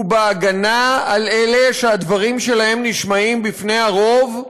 הוא בהגנה על אלה שהדברים שלהם נשמעים בפני הרוב,